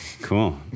Cool